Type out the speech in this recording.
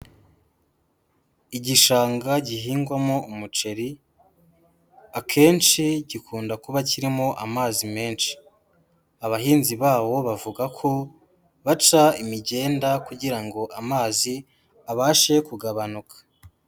Igishanga gihingwamo umuceri akenshi gikunda kuba kirimo amazi menshi, abahinzi bawo bavuga ko baca imigenda kugira ngo amazi abashe kugabanuka.